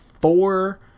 four